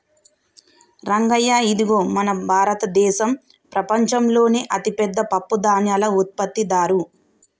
రంగయ్య ఇదిగో మన భారతదేసం ప్రపంచంలోనే అతిపెద్ద పప్పుధాన్యాల ఉత్పత్తిదారు